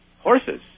Horses